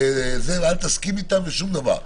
ואל תסכים איתם על שום דבר.